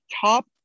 top